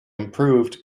improved